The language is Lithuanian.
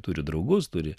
turi draugus turi